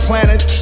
planet